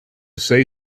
say